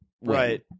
Right